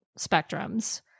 spectrums